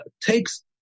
takes